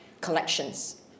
collections